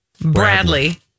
Bradley